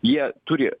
jie turi